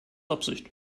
absicht